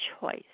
choice